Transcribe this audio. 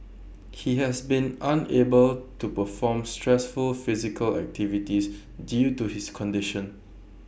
he has been unable to perform stressful physical activities due to his condition